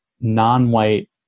non-white